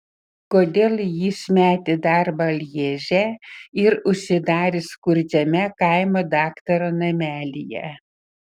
kodėl jis metė darbą lježe ir užsidarė skurdžiame kaimo daktaro namelyje